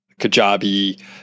Kajabi